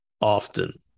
often